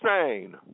insane